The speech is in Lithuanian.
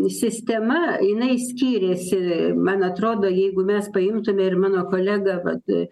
sistema jinai skyrėsi man atrodo jeigu mes paimtume ir mano kolega vat